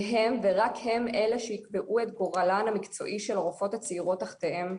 והם ורק הם אלה שיקבעו את גורלן המקצועי של הרופאות הצעירות תחתיהן,